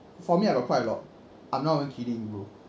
for me I got quite a lot I'm not even kidding bro